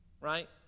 right